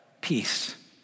peace